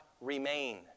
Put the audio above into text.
remain